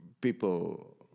people